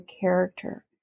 character